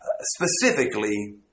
specifically